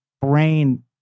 brain